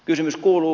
kysymys kuuluu